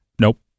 Nope